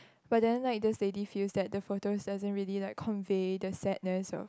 but then like this lady feels that the photos doesn't really like convey the sadness of